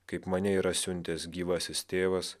kaip mane yra siuntęs gyvasis tėvas